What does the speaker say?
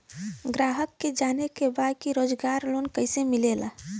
ग्राहक के जाने के बा रोजगार लोन कईसे मिली?